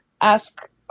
ask